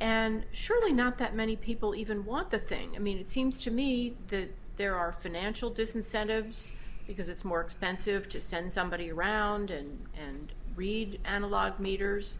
and surely not that many people even want the thing i mean it seems to me that there are financial disincentives because it's more expensive to send somebody around in and read analog meters